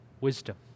wisdom